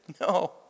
no